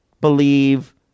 believe